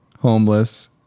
homeless